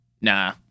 nah